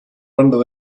under